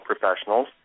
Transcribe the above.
professionals